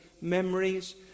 memories